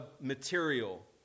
material